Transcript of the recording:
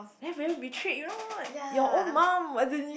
then very betrayed you know like your own mum as in